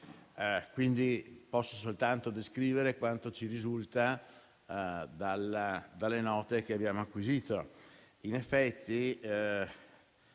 posso soltanto descrivere quanto ci risulta dalle note che abbiamo acquisito.